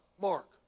Mark